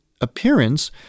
appearance